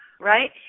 right